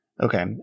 Okay